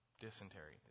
Dysentery